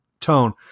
tone